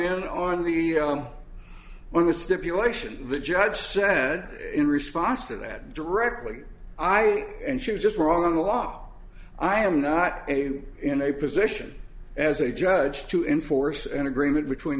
in on the on the stipulation the judge said in response to that directly i and she was just wrong on the law i am not in a position as a judge to enforce an agreement between